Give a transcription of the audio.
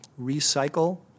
recycle